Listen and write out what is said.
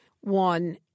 one